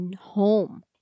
home